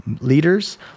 leaders